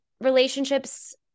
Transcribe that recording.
relationships